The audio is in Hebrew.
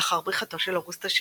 לאחר בריחתו של אוגוסט השני,